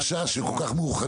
שלושה שכל כך מאוחדים,